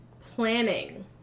planning